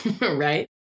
right